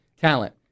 talent